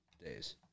days